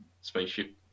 spaceship